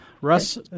Russ